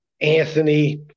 Anthony